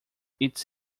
it’s